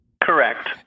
Correct